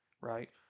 right